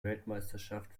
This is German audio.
weltmeisterschaft